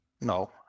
No